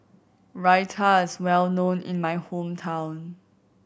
raita is well known in my hometown